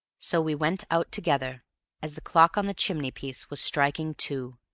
so we went out together as the clock on the chimney-piece was striking two.